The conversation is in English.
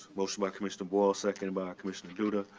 motion by commissioner boyle, seconded by commissioner duda.